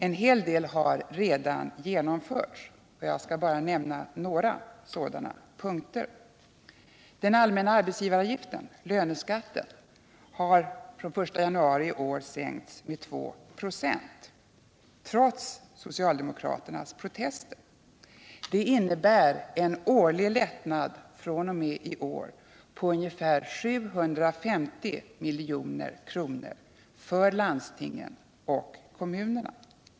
En hel del har redan genomförts, och jag skall nämna några sådana åtgärder. Den allmänna arbetsgivaravgiften, löneskatten, har från den 1 januari i år sänkts med 2 96 trots socialdemokraternas protester. Det innebär en årlig lättnad fr.o.m. i år på ungefär 750 milj.kr. för landstingen och kommunerna.